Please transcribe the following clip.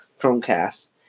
Chromecast